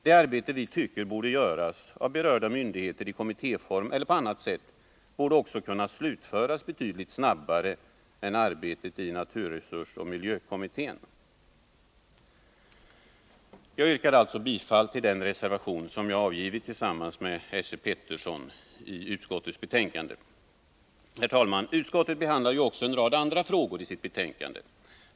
Det arbete vi tycker borde göras — av berörda myndigheter i kommittéform eller på annat sätt — borde också kunna slutföras avsevärt fortare än arbetet i naturresursoch miljökommittén. Jagsyrkar alltså bifall till den reservation som jag tillsammans med Esse Petersson avgivit till utskottets betänkande. Utskottet behandlar ju också en rad andra frågor i sitt betänkande.